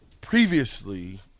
previously